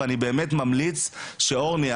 ואני במאת ממליץ שאורני,